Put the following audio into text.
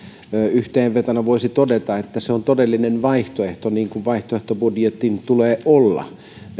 yhteenvetona voisi todeta että se on todellinen vaihtoehto niin kuin vaihtoehtobudjetin tulee olla